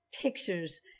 pictures